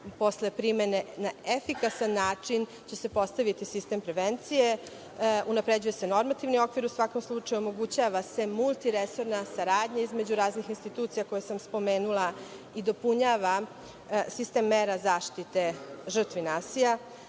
posle primene na efikasan način će se postaviti sistem prevencije. Unapređuje se normativni okvir. U svakom slučaju omogućava se mulitiresorna saradnja između raznih institucija koje sam spomenula i dopunjava sistem mera zaštite žrtve nasilja.